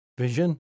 vision